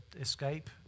escape